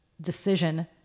decision